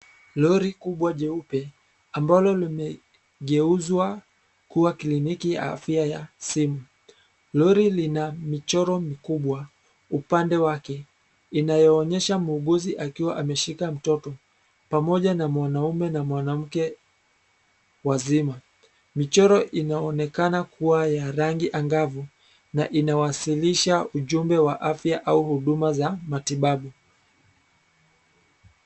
Lori kubwa jeupe ambalo limegeuzwa kuwa kliniki ya afya ya simu. Lori lina michoro mikubwa upande wake inayoonyesha muuguzi akiwa ameshika mtoto pamoja na mwanaume na mwanamke wazima. Michoro inaonekana kuwa ya rangi angavu na inawasilisha ujumbe wa afya au huduma za matibabu.